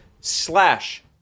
slash